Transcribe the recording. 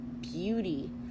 beauty